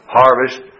harvest